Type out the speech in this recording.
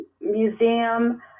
museum